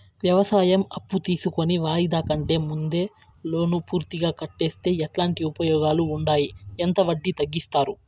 వ్యవసాయం అప్పు తీసుకొని వాయిదా కంటే ముందే లోను పూర్తిగా కట్టేస్తే ఎట్లాంటి ఉపయోగాలు ఉండాయి? ఎంత వడ్డీ తగ్గిస్తారు?